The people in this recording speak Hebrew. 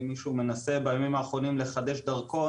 אם מישהו מנסה בימים האחרונים לחדש דרכון,